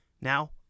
Now